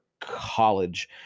college